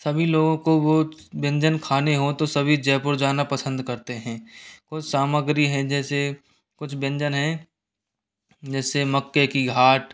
सभी लोगों को वो व्यंजन खाने हो तो सभी जयपुर जाना पसंद करते हैं कोई सामग्री है जैसे कुछ व्यंजन है जैसे मक्के की घाट